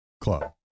club